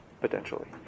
potentially